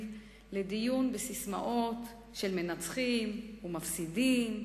לדיון בססמאות של "מנצחים" ו"מפסידים",